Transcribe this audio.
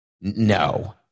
No